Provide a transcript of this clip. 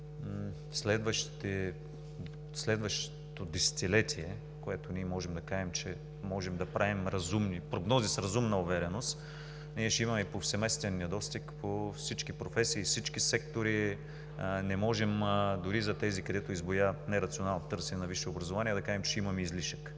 следващото десетилетие, в което можем да кажем, че можем да правим разумни прогнози с разумна увереност, ние ще имаме повсеместен недостиг по всички професии, по всички сектори. Не можем дори и за тези, където избуя нерационалното търсене на висше образование, да кажем, че ще имаме излишък.